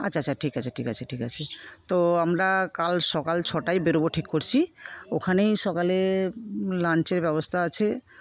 আচ্ছা আচ্ছা ঠিক আছে ঠিক আছে ঠিক আছে তো আমরা কাল সকাল ছটায় বেরোব ঠিক করছি ওখানেই সকালে লাঞ্চের ব্যবস্থা আছে